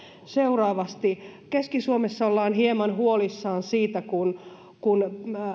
seuraavasti keski suomessa ollaan hieman huolissaan siitä kun kun